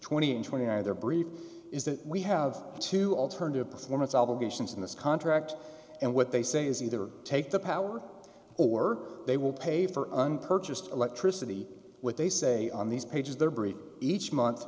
twenty and twenty are their brief is that we have two alternative performance obligations in this contract and what they say is either take the power or they will pay for uncourteous electricity what they say on these pages their brief each month